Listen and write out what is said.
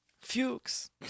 Fuchs